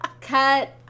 cut